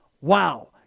wow